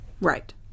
right